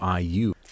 IU